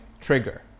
trigger